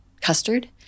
custard